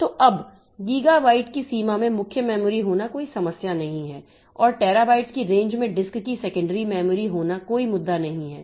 तो अब गीगाबाइट की सीमा में मुख्य मेमोरी होना कोई समस्या नहीं है और टेराबाइट्स की रेंज में डिस्क की सेकेंडरी मेमोरी होना कोई मुद्दा नहीं है